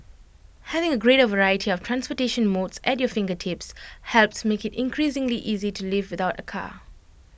having A greater variety of transportation modes at your fingertips helps make IT increasingly easy to live without A car